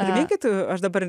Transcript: priminkit aš dabar